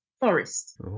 forest